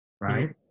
right